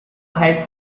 high